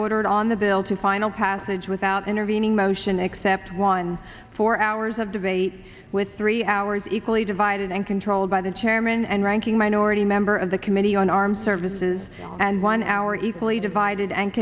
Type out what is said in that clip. ordered on the bill to final passage without intervening motion except one for hours of debate with three hours equally divided and controlled by the chairman and ranking minority member of the committee on armed services and one hour equally divided and